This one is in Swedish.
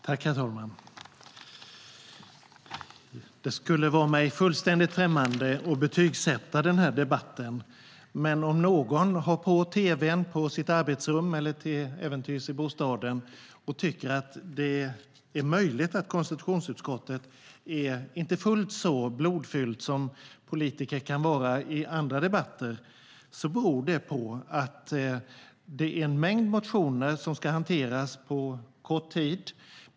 Herr talman! Det skulle vara mig fullständigt främmande att betygsätta den här debatten. Men om någon har tv:n på i sitt arbetsrum eller till äventyrs i bostaden och tycker att det är möjligt att konstitutionsutskottet inte är fullt så blodfyllt som politiker kan vara i andra debatter, beror det på att det är en mängd motioner som ska hanteras på kort tid.